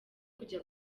kujya